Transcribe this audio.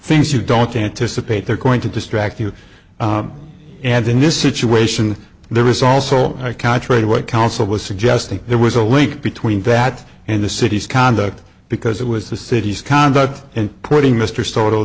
things you don't anticipate they're going to distract you and in this situation there is also contrary to what counsel was suggesting there was a link between that and the city's conduct because it was the city's conduct in putting mr s